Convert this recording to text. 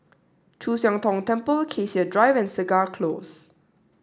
Chu Siang Tong Temple Cassia Drive and Segar Close